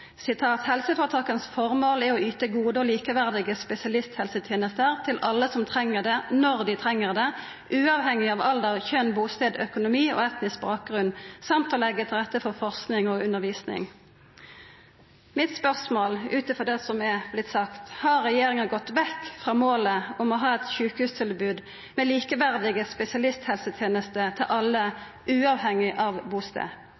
helseforetakslova: «Helseforetakenes formål er å yte gode og likeverdige spesialisthelsetjenester til alle som trenger det når de trenger det, uavhengig av alder, kjønn, bosted, økonomi og etnisk bakgrunn, samt å legge til rette for forskning og undervisning.» Mitt spørsmål, ut frå det som har vorte sagt, er: Har regjeringa gått vekk frå målet om å ha eit sjukehustilbod med likeverdige spesialisthelsetenester til alle, uavhengig av